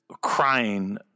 crying